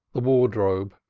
the wardrobe,